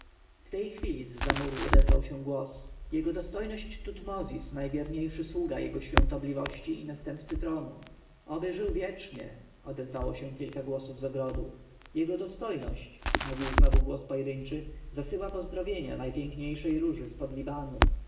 w tej chwili z za muru odezwał się głos jego dostojność tutmozis najwierniejszy sługa jego świątobliwości i następcy tronu oby żył wiecznie odezwało się kilka głosów z ogrodu jego dostojność mówił znowu głos pojedyńczy zasyła pozdrowienia najpiękniejszej róży z pod